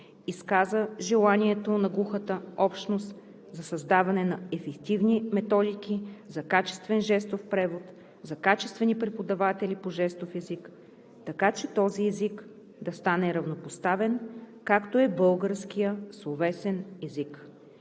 Изказа желанието на глухата общност за създаване на ефективни методики за качествен жестов превод, за качествени преподаватели по жестов език, така че този език да стане равнопоставен, както е българският словесен език.